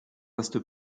reste